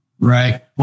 Right